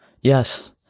Yes